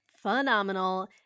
Phenomenal